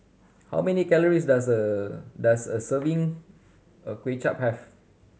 how many calories does a does a serving of Kuay Chap have